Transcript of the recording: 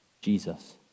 Jesus